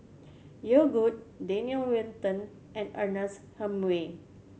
Yogood Daniel Wellington and Ernest Hemingway